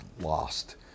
lost